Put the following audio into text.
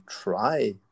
try